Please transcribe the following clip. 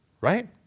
right